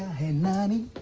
hey naani.